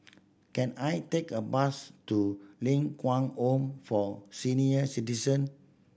can I take a bus to Ling Kwang Home for Senior Citizen